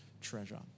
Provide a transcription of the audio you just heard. treasure